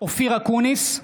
אופיר אקוניס,